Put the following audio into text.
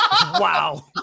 wow